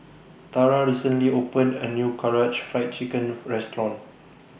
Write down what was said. Tara recently opened A New Karaage Fried Chicken Restaurant